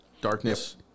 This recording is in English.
darkness